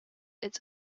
its